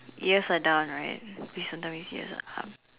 yours are down right please don't tell me yours are up